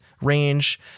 range